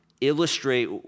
illustrate